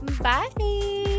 Bye